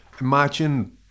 imagine